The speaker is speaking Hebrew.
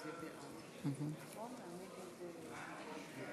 אני קובעת כי הצעת חוק איסור טיפול המרה לקטין,